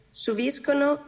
subiscono